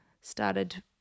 started –